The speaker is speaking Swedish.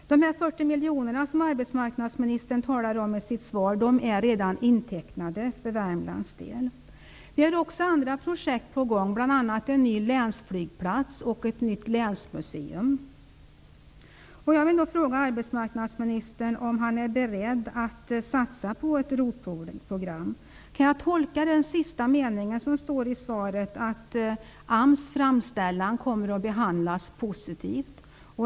De 40 miljoner som arbetsmarknadsministern talar om i sitt svar är redan intecknade för Värmlands del. Vi har också andra projekt på gång, bl.a. en ny länsflygplats och ett nytt länsmuseum. Jag vill fråga arbetsmarknadsministern om han är beredd att satsa på ett ROT-program. Kan jag tolka den sista meningen som står i svaret som att AMS framställan kommer att behandlas positivt?